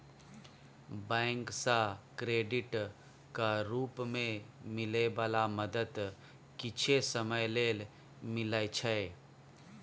bank सँ क्रेडिटक रूप मे मिलै बला मदद किछे समय लेल मिलइ छै